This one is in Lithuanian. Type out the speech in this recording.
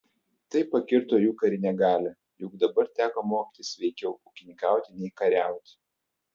tai pakirto jų karinę galią juk dabar teko mokytis veikiau ūkininkauti nei kariauti